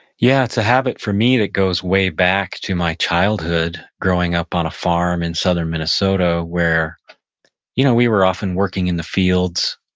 yeah, it's a habit for me that goes way back to my childhood growing up on a farm in southern minnesota where you know we were often working in the fields,